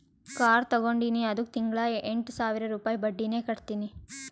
car ತಗೊಂಡಿನಿ ಅದ್ದುಕ್ ತಿಂಗಳಾ ಎಂಟ್ ಸಾವಿರ ರುಪಾಯಿ ಬಡ್ಡಿನೆ ಕಟ್ಟತಿನಿ